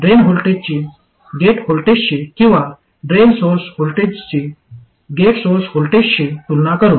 drain व्होल्टेजची gate व्होल्टेजशी किंवा ड्रेन सोर्स व्होल्टेजची गेट सोर्स व्होल्टेजशी तुलना करून